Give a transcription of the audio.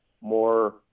more